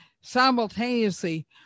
simultaneously